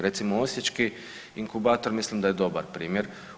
Recimo osječki inkubator mislim da je dobar primjer.